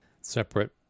separate